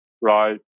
right